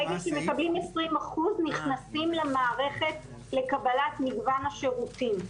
ברגע שמקבלים 20% נכנסים למערכת לקבלת מגוון השירותים.